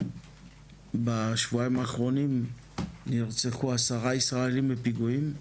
בשבועיים האחרונים נרצחו 10 ישראלים בפיגועים.